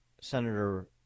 Senator